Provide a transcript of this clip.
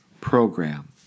program